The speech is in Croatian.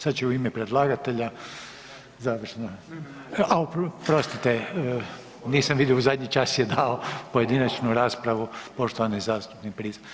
Sad će u ime predlagatelja završno, a oprostite, nisam vidio, u zadnji čas je dao pojedinačnu raspravu, poštovani zastupnik Prica.